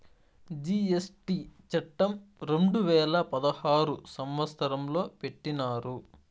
GST చట్టం రెండు వేల పదహారు సంవత్సరంలో పెట్టినారు